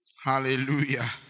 Hallelujah